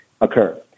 occur